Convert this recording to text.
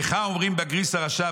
לך אומרים בגריס הרשע,